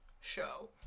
show